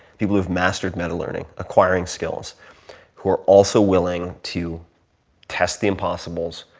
people who have mastered meta learning acquiring skills who are also willing to test the impossibles,